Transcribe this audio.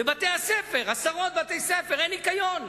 בבתי-הספר, עשרות בתי-הספר אין ניקיון.